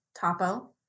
Topo